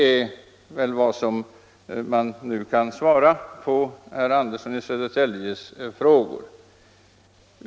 Det är vad vi nu kan svara på herr Anderssons i Södertälje frågor.